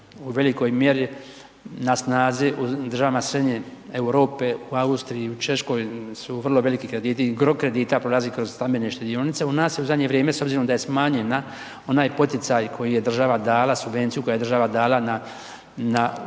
u velikoj mjeri na snazi u državama srednje Europe, u Austriji, Češkoj su vrlo veliki krediti i gro kredita prolazi kroz stambene štedionice, u nas u zadnje vrijeme, s obzirom da je smanjena, onaj poticaj koji je država dala subvenciju, koja je država dala na ulog koji